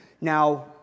Now